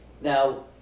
now